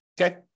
Okay